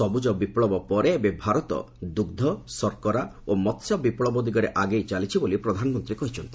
ସବୁଜ ବିପ୍ଳବ ପରେ ଏବେ ଭାରତ ଦୁଗ୍ମ ଶର୍କରା ଓ ମହ୍ୟ ବିପ୍ଳବ ଦିଗରେ ଆଗେଇ ଚାଲିଛି ବୋଲି ପ୍ରଧାନମନ୍ତ୍ରୀ କହିଚ୍ଚନ୍ତି